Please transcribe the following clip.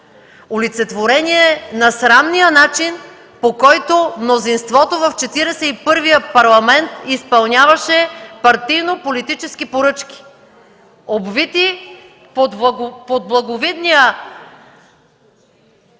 Олицетворение на срамния начин, по който мнозинството в Четиридесет и първия Парламент изпълняваше партийнополитически поръчки, обвити под благовидния